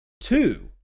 Two